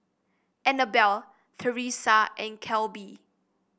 Anabelle Theresa and Kelby